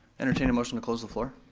entertain a motion to close the floor.